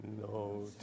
No